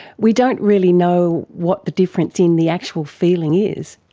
we don't really know what the difference in the actual feeling is.